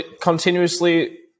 continuously